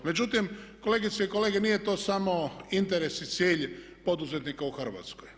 Međutim, kolegice i kolege nije to samo interes i cilj poduzetnika u Hrvatskoj.